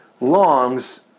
longs